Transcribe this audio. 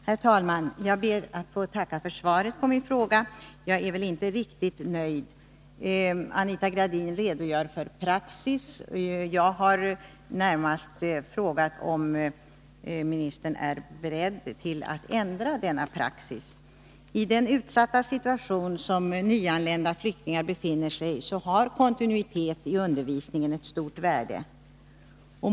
Herr talman! Jag ber att få tacka för svaret på min fråga. Jag är inte riktigt nöjd. Anita Gradin redogör för praxis. Jag har närmast frågat om ministern är beredd att ändra denna praxis. I den utsatta situation som nyanlända flyktingar befinner sig i har kontinuitet i undervisningen ett stort värde.